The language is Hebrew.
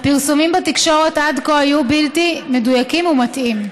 הפרסומים בתקשורת עד כה היו בלתי מדויקים ומטעים.